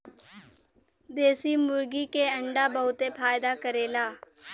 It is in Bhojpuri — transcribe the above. देशी मुर्गी के अंडा बहुते फायदा करेला